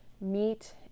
meat